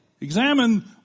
Examine